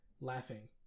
laughing